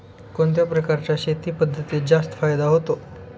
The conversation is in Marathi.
कोणत्या प्रकारच्या शेती पद्धतीत जास्त फायदा होतो?